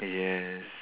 yes